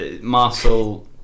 Marcel